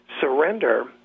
surrender